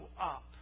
up